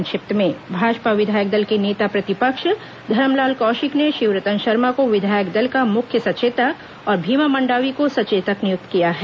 संक्षिप्त समाचार भाजपा विधायक दल के नेता प्रतिपक्ष धरमलाल कौशिक ने शिवरतन शर्मा को विधायक दल का मुख्य सचेतक और भीमा मंडावी को सचेतक नियुक्त किया है